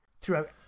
throughout